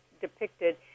depicted